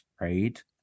right